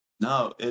No